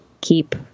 keep